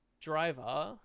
driver